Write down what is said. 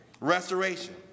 Restoration